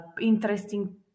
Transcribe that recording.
interesting